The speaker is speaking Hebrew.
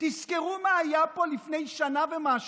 תזכרו מה היה פה לפני שנה ומשהו: